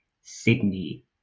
Sydney